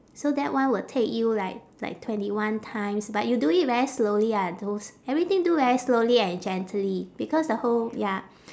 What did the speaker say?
so that one will take you like like twenty one times but you do it very slowly ah those everything do very slowly and gently because the whole ya